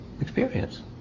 experience